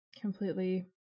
Completely